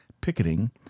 picketing